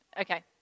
Okay